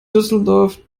düsseldorf